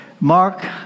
Mark